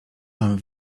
mam